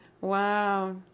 Wow